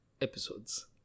episodes